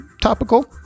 topical